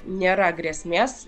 nėra grėsmės